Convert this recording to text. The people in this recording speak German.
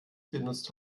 benutzt